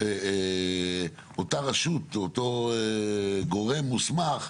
אותה רשות או אותו גורם מוסמך,